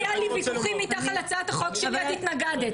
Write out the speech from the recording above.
היו לי ויכוחים איתך על הצעת החוק שלי, את התנגדת.